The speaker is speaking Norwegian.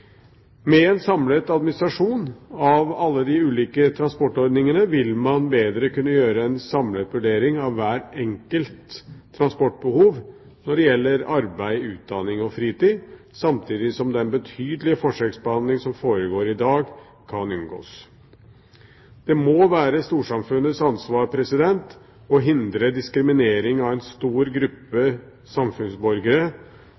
Med en samlet administrasjon av alle de ulike transportordningene vil man bedre kunne gjøre en samlet vurdering av hver enkelts transportbehov når det gjelder arbeid, utdanning og fritid, samtidig som den betydelige forskjellsbehandlingen som foregår i dag, kan unngås. Det må være storsamfunnets ansvar å hindre diskriminering av en stor